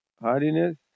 hardiness